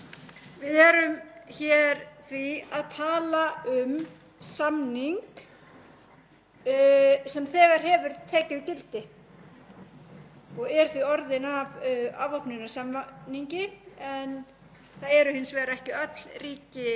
og er því orðinn að afvopnunarsamningi. En það eru hins vegar ekki öll ríki heims aðilar að honum og Ísland er því miður meðal þeirra ríkja sem ekki eru aðilar að samningnum.